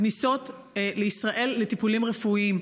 כניסות לישראל לטיפולים רפואיים.